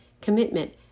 commitment